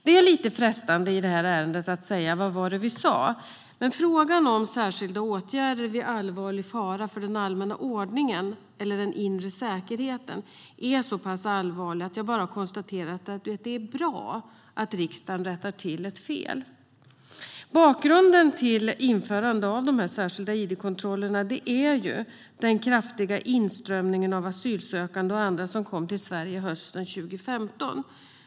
När vi behandlar detta ärende är det lite frestande att säga: Vad var det vi sa? Men frågan om särskilda åtgärder vid allvarlig fara för den allmänna ordningen eller den inre säkerheten är så pass allvarlig att jag bara konstaterar att det är bra att riksdagen rättar till ett fel. Bakgrunden till införandet av dessa särskilda id-kontroller är den kraftiga inströmningen av asylsökande och andra som kom till Sverige hösten 2015.